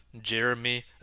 Jeremy